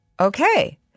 Okay